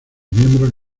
miembros